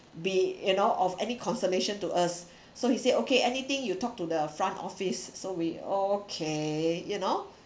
be you know of any consolation to us so he said okay anything you talk to the front office so we okay you know